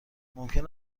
ممکن